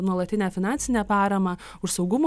nuolatinę finansinę paramą už saugumo